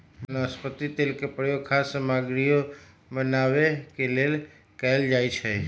वनस्पति तेल के प्रयोग खाद्य सामगरियो बनावे के लेल कैल जाई छई